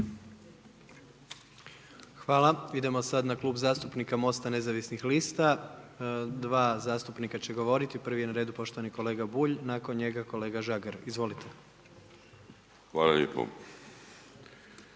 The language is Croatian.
Hvala. Idemo sad na Klub zastupnika MOST-a nezavisnih lista, dva zastupnika će govoriti, prvi je na redu poštovani kolega Bulj i nakon njega kolega Žagar, izvolite. **Bulj,